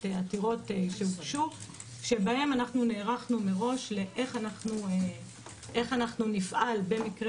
עתירות שהוגשו שבהן אנחנו נערכנו מראש איך אנחנו נפעל במקרה